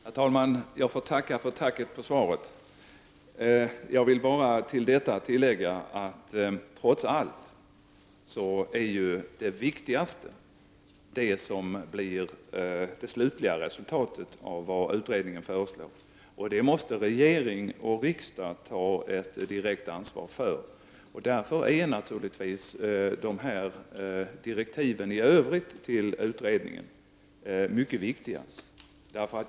Herr talman! Jag får tacka för tacket för svaret. Jag vill till detta tillägga att det viktigaste trots allt är det som blir det slutliga resultatet av vad utredningen föreslår. Regeringen och riksdagen måste ta ett direkt ansvar för detta. Därför är naturligtvis direktiven i övrigt till utredningen mycket viktiga.